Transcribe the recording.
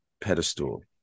pedestal